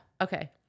Okay